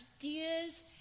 ideas